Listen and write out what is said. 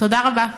תודה רבה.